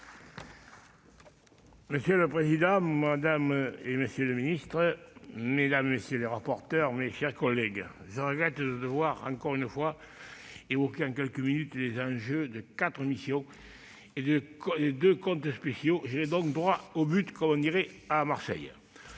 Monsieur le président, madame, monsieur les ministres, mes chers collègues, je regrette de devoir encore une fois évoquer en quelques minutes les enjeux de quatre missions et de deux comptes spéciaux. J'irai donc droit au but, comme on dit à Marseille